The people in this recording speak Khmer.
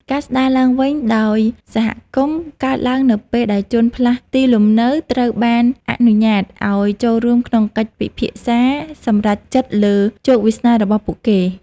ការស្តារឡើងវិញដោយសហគមន៍កើតឡើងនៅពេលដែលជនផ្លាស់ទីលំនៅត្រូវបានអនុញ្ញាតឱ្យចូលរួមក្នុងកិច្ចពិភាក្សាសម្រេចចិត្តលើជោគវាសនារបស់ពួកគេ។